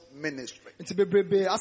ministry